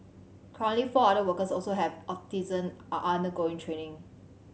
currently four other workers also have autism are undergoing training